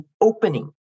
opening